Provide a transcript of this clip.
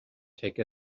take